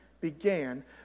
began